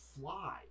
fly